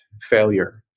failure